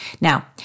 Now